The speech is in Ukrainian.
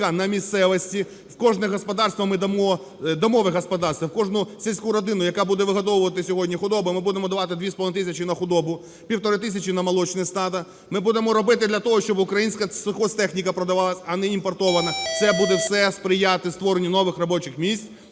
на місцевості. В кожне господарство ми дамо, в домове господарство, в кожну сільську родину, яка буде вигодовувати сьогодні худобу, ми будемо давати дві з половиною тисячі, півтори тисячі на молочні стада. Ми будемо робити для того, щоб українська сільгосптехніка продавалась, а не імпортована. Це буде все сприяти створенню нових робочих місць